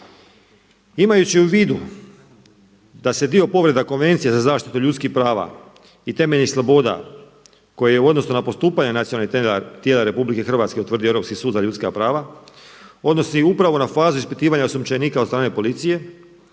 Imajući u vidu da se dio povreda Konvencije za zaštitu ljudskih prava i temeljnih sloboda koje je u odnosu na postupanje nacionalnih tijela RH utvrdio Europski sud za ljudska prava odnosi upravo na fazu ispitivanja osumnjičenika od strane policije